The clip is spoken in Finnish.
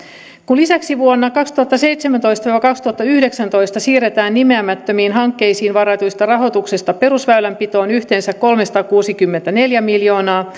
kun lisäksi vuonna kaksituhattaseitsemäntoista viiva kaksituhattayhdeksäntoista siirretään nimeämättömiin hankkeisiin varatusta rahoituksesta perusväylänpitoon yhteensä kolmesataakuusikymmentäneljä miljoonaa